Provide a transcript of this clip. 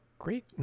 great